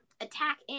attack